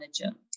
manager